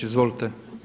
Izvolite.